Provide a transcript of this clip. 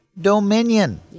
dominion